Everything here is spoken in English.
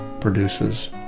produces